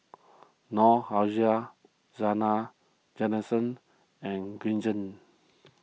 Noor Aishah Zena Tessensohn and Green Zeng